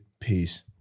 Peace